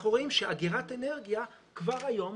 אנחנו רואים שאגירת אנרגיה כבר היום